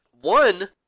One